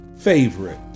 favorite